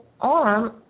arm